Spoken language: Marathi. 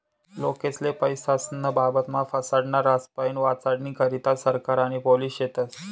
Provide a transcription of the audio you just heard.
लोकेस्ले पैसास्नं बाबतमा फसाडनारास्पाईन वाचाडानी करता सरकार आणि पोलिस शेतस